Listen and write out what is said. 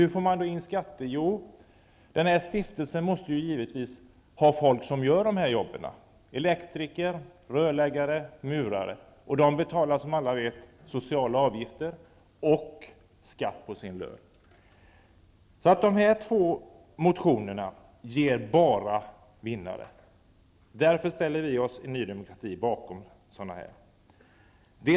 Hur får man då in skatter? Jo, denna stiftelse måste givetvis ha folk som utför arbetena, som elektriker, rörläggare och murare. För dessa yrkesmän betalas, som alla vet, sociala avgifter och skatt. De här två motionerna ger enbart vinnare. Därför ställer vi i Ny demokrati oss bakom sådana här motioner.